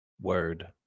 Word